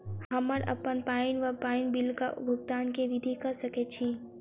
हम्मर अप्पन पानि वा पानि बिलक भुगतान केँ विधि कऽ सकय छी?